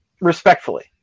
respectfully